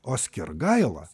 o skirgaila